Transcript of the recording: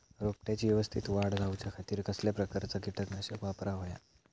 रोपट्याची यवस्तित वाढ जाऊच्या खातीर कसल्या प्रकारचा किटकनाशक वापराक होया?